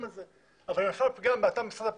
אם נפל פגם באתר שלהם,